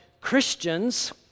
Christians